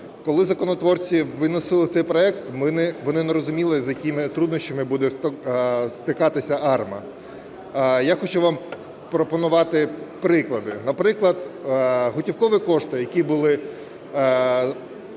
Коли законотворці виносили цей проект, вони не розуміли, з якими труднощами буде стикатися АРМА. Я хочу вам пропонувати приклади. Наприклад, готівкові кошти, які були